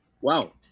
Wow